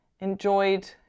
enjoyed